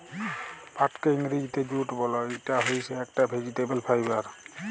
পাটকে ইংরজিতে জুট বল, ইটা হইসে একট ভেজিটেবল ফাইবার